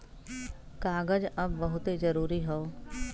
कागज अब बहुते जरुरी हौ